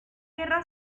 guerra